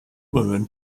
women